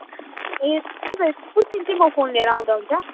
ए त्यसोभए कुन दिन चाहिँ म फोन लिएर आउँदा हुन्छ